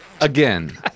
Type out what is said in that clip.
Again